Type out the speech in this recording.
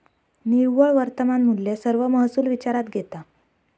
निव्वळ वर्तमान मुल्य सर्व महसुल विचारात घेता